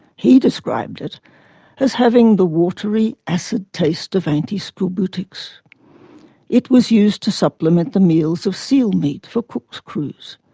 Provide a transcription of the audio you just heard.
he described it as having the watery acid taste of antiscorbutics' it was used to supplement the meals of seal meat for cook's crews.